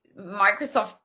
Microsoft